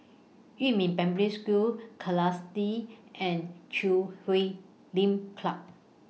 Yumin Primary School Kerrisdale and Chui Huay Lim Club